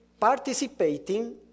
Participating